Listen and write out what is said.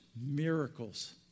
Miracles